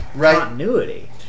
continuity